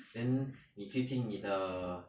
then 你最近你的